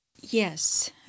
Yes